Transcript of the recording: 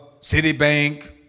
Citibank